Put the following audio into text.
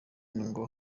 ngo